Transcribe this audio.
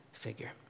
figure